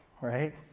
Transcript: right